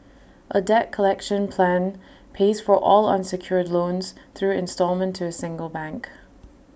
A debt collection plan pays for all unsecured loans through instalment to A single bank